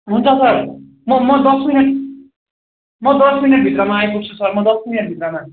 हुन्छ सर म म दस मिनट म दस मिनट भित्रमा आइपुग्छु सर म दस मिनट भित्रमा